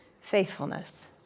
Faithfulness